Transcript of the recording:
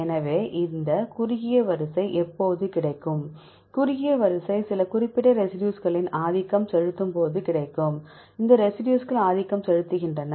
எனவே இந்த குறுகிய வரிசை எப்போது கிடைக்கும் குறுகிய வரிசை சில குறிப்பிட்ட ரெசிடியூஸ்களின் ஆதிக்கம் செலுத்தும் போது கிடைக்கும் எந்த ரெசிடியூஸ்கள் ஆதிக்கம் செலுத்துகின்றன